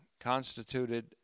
constituted